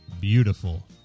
beautiful